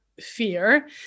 fear